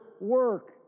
work